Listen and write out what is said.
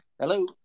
Hello